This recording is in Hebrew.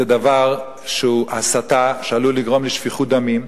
זה דבר הסתה שעלול לגרום לשפיכות דמים,